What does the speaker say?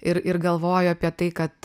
ir ir galvoju apie tai kad